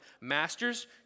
masters